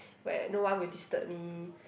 where no one will disturb me